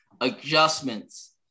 adjustments